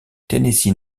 tennessee